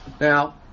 Now